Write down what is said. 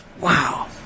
wow